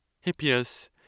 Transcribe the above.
Hippias